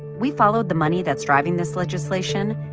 we followed the money that's driving this legislation.